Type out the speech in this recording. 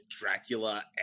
Dracula